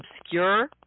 obscure